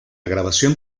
grabación